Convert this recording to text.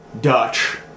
Dutch